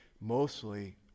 mostly